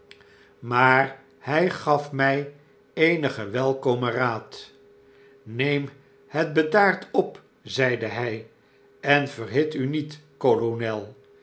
maar hy gaf my eenigen welkomen raad neem het bedaard op zeide hy h enverhit u niet kolonel